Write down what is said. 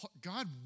God